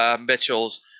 Mitchell's